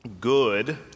good